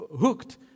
hooked